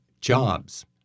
jobs